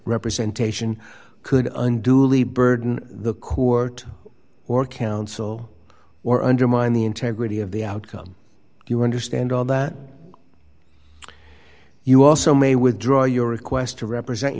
representation could unduly burden the coup or or counsel or undermine the integrity of the outcome you understand all that you also may withdraw your request to represent